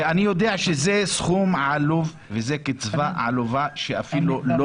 ואני יודע שזה סכום עלובה וזו קצבה עלובה שאפילו לא